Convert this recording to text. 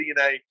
DNA